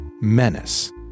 menace